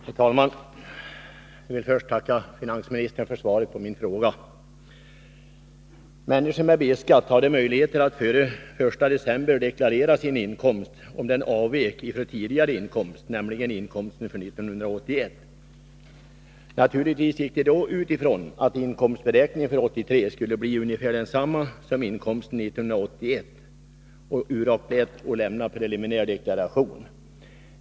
Herr talman! Jag vill först tacka finansministern för svaret på min fråga. Människor med B-skatt hade möjligheter att före den 1 december deklarera sin inkomst om den avvek från tidigare inkomst, nämligen inkomsten för 1981. Naturligtvis gick de då ut ifrån att inkomstberäkningen för 1983 skulle bli ungefär densamma som gällde för inkomsten 1981 och uraktlät att lämna preliminär deklaration.